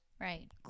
Right